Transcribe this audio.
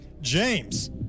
James